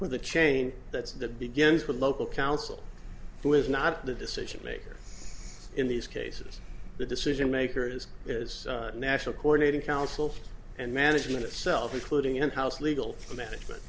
with the chain that's the begins with local counsel who is not the decision maker in these cases the decision maker is is national coordinator counsel and management itself including in house legal management